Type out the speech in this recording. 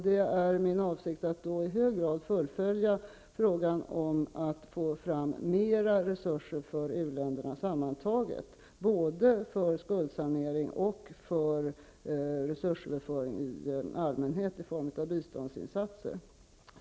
Det är min avsikt att då i hög grad fullfölja frågan om att få fram mera resurser för u-länderna sammantaget, både för skuldsanering och för resursöverföring i allmänhet i form av biståndsinsatser.